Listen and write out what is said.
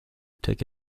took